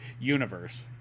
universe